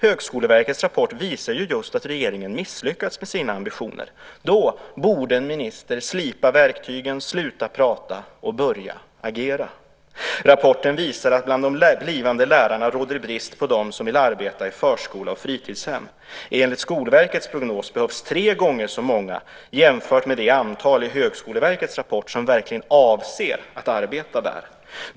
Högskoleverkets rapport visar ju just att regeringen misslyckats med sina ambitioner. Då borde en minister slipa verktygen, sluta prata och börja agera. Rapporten visar att det bland de blivande lärarna råder brist på dem som vill arbeta i förskola och fritidshem. Enligt Skolverkets prognos behövs tre gånger så många jämfört med det antal i Högskoleverkets rapport som verkligen avser att arbeta där.